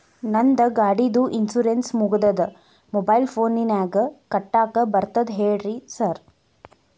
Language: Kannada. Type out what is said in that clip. ನಂದ್ ಗಾಡಿದು ಇನ್ಶೂರೆನ್ಸ್ ಮುಗಿದದ ಮೊಬೈಲ್ ಫೋನಿನಾಗ್ ಕಟ್ಟಾಕ್ ಬರ್ತದ ಹೇಳ್ರಿ ಸಾರ್?